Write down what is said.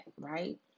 right